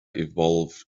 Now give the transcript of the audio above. evolved